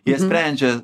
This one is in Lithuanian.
jie sprendžia